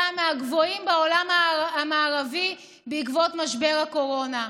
מהגבוהים בעולם המערבי בעקבות משבר הקורונה.